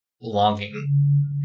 Longing